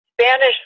Spanish